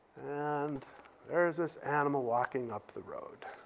and there's this animal walking up the road.